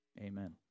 amen